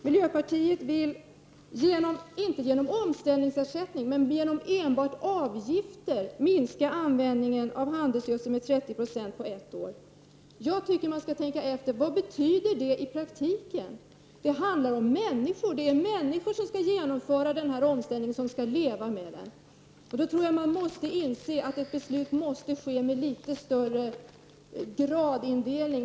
Miljöpartiet vill, inte genom omställningsersättning utan genom enbart avgifter, minska användningen av handelsgödsel med 30 960 på ett år. Jag tycker att man skall fråga sig: Vad betyder det i praktiken? Det handlar om människor — det är människor som skall genomföra den omställningen och som skall leva med den. Då tror jag att man måste inse att ett sådant beslut måste genomföras litet mer gradvis.